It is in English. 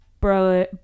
Bro